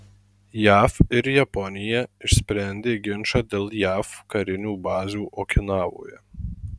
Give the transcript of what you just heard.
jav ir japonija išsprendė ginčą dėl jav karinių bazių okinavoje